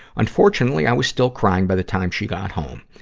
unfortunately, i was still crying by the time she got home.